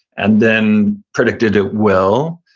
and then predicted it will,